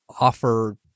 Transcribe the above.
offer